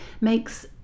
makes